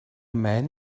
man